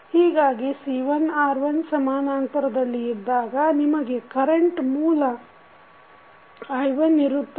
ಹೀಗಾಗಿ C1 R1 ಸಮಾನಾಂತರದಲ್ಲಿ ಇದ್ದಾಗ ನಿಮಗೆ ಕರೆಂಟ್ ಮೂಲ I1 ಇರುತ್ತದೆ